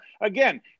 again